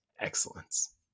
excellence